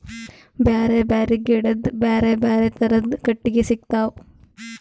ಬ್ಯಾರೆ ಬ್ಯಾರೆ ಗಿಡದ್ ಬ್ಯಾರೆ ಬ್ಯಾರೆ ಥರದ್ ಕಟ್ಟಗಿ ಸಿಗ್ತವ್